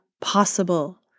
possible